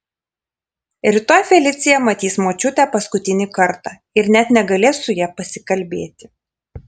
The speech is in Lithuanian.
rytoj felicija matys močiutę paskutinį kartą ir net negalės su ja pasikalbėti